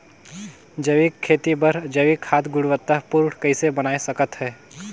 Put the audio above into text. जैविक खेती बर जैविक खाद गुणवत्ता पूर्ण कइसे बनाय सकत हैं?